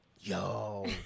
Yo